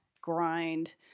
grind